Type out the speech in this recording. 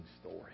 story